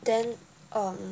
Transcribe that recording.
then um